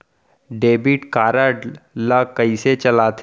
Debit card ला कइसे चलाते?